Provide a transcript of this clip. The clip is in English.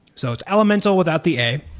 so it's elementl without the a,